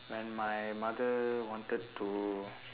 when my mother wanted to